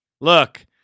look